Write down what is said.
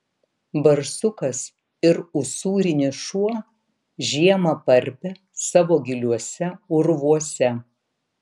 barsukas ir usūrinis šuo žiemą parpia savo giliuose urvuose